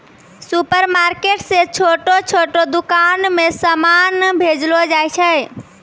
supermarket से छोटो छोटो दुकान मे समान भेजलो जाय छै